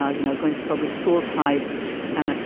ah you know, going to public school types and, ah